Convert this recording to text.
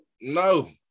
No